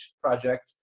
project